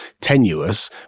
tenuous